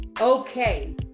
okay